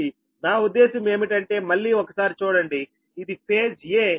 నా ఉద్దేశం ఏమిటంటే మళ్లీ ఒకసారి చూడండి ఇది ఫేజ్ 'a'